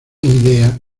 idea